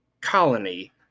colony